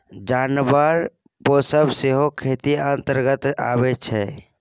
जानबर पोसब सेहो खेतीक अंतर्गते अबै छै